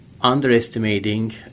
underestimating